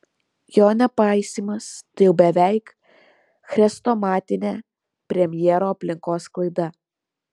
jo nepaisymas tai jau beveik chrestomatinė premjero aplinkos klaida